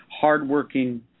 hardworking